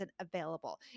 available